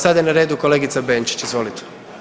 Sada je na redu kolegica Benčić, izvolite.